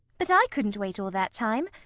but i couldn't wait all that time.